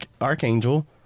archangel